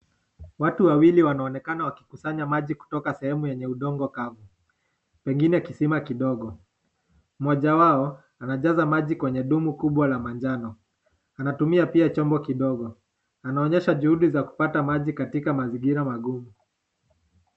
Watu wawaili wanaonekana wakikusanya maji kutoka sehemu yenye udongo Kavu, pengine kisima kidogo, mmoja wao anajaza maji kwenye dumu kubwa la manjano, anatumia chombo kidogo, anaonesha juhudi za kupata maji katika mazingira magumu.